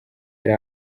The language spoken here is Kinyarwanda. yari